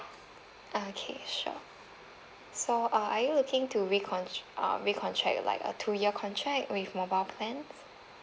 okay sure so uh are you looking to recon~ uh recontract like a two year contract with mobile plan